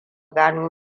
gano